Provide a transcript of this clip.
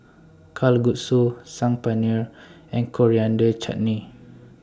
Kalguksu Saag Paneer and Coriander Chutney